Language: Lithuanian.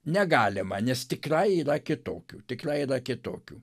negalima nes tikrai yra kitokių tikrai yra kitokių